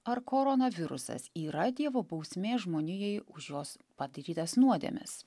ar koronavirusas yra dievo bausmė žmonijai už jos padarytas nuodėmes